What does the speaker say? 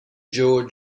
georg